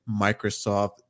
Microsoft